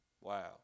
Wow